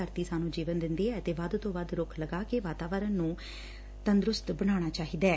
ਧਰਤੀ ਸਾਨੂੰ ਜੀਵਨ ਦਿੰਦੀ ਐ ਅਤੇ ਵੱਧ ਤੋਂ ਵੱਧ ਰੁੱਖ ਲਗਾ ਕੇ ਵਾਡਾਵਰਨ ਨੂੰ ਬਣਾਉਣਾ ਚਾਹੀਦੈ